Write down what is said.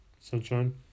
Sunshine